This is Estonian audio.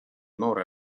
noore